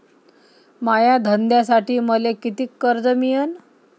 माया धंद्यासाठी मले कितीक कर्ज मिळनं?